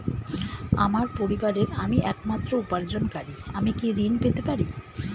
আমার পরিবারের আমি একমাত্র উপার্জনকারী আমি কি ঋণ পেতে পারি?